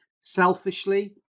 selfishly